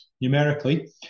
numerically